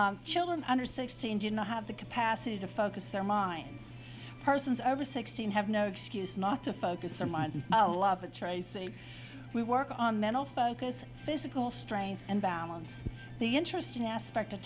the children under sixteen did not have the capacity to focus their minds persons over sixteen have no excuse not to focus our minds tracy we work on mental focus physical strength and balance the interesting aspect of